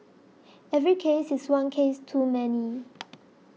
every case is one case too many